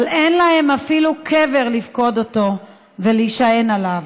אבל אין להן אפילו קבר לפקוד אותו ולהישען עליו.